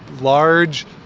large